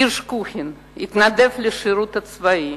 גירש קוכין, התנדב לשירות הצבאי